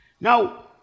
Now